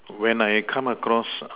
when I come across